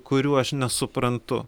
kurių aš nesuprantu